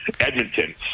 Edmonton